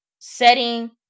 setting